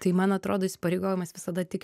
tai man atrodo įsipareigojimas visada tik